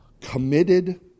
committed